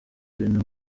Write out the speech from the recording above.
ibintu